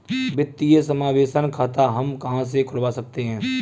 वित्तीय समावेशन खाता हम कहां से खुलवा सकते हैं?